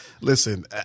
listen